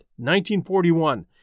1941